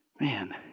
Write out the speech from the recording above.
Man